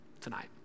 tonight